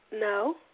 No